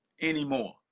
anymore